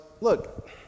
look